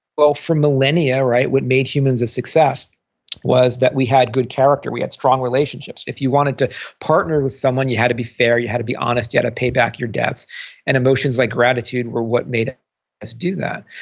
well, for millennia, what made humans a success was that we had good character. we had strong relationships. if you wanted to partner with someone, you had to be fair. you had to be honest. you had to pay back your debts and emotions like gratitude were what made us do that.